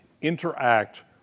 interact